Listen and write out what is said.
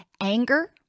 anger